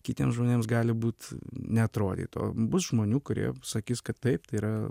kitiems žmonėms gali būt neatrodyt o bus žmonių kurie sakys kad taip tai yra